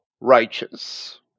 righteous